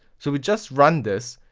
so we just run this,